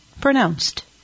pronounced